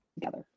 together